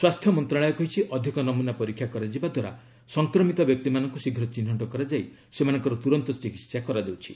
ସ୍ୱାସ୍ଥ୍ୟ ମନ୍ତ୍ରଣାଳୟ କହିଛିଅଧିକ ନମୁନା ପରୀକ୍ଷା କରାଯିବା ଦ୍ୱାରା ସଫକ୍ରମିତ ବ୍ୟକ୍ତିମାନଙ୍କୁ ଶୀଘ୍ର ଚିହ୍ନଟ କରାଯାଇ ସେମାନଙ୍କର ତୁରନ୍ତ ଚିକିତ୍ସା କରାଯାଉଛି